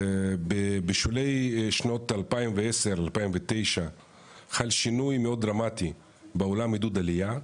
בשולי שנות 2009-2010 חל שינוי מאוד דרמטי בעולם עידוד עלייה,